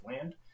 land